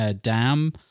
dam